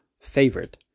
favorite